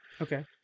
Okay